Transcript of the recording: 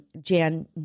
Jan